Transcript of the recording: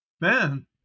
Man